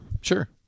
Sure